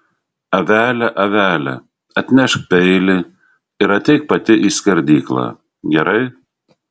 avele avele atnešk peilį ir ateik pati į skerdyklą gerai